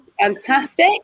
Fantastic